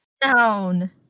Down